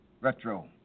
Retro